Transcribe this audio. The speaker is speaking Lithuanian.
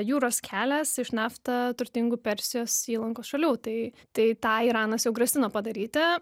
jūros kelias iš nafta turtingų persijos įlankos šalių tai tai tą iranas jau grasino padaryti